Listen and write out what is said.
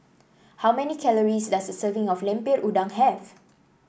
how many calories does a serving of Lemper Udang have